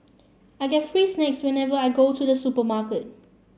I get free snacks whenever I go to the supermarket